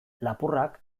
lapurrak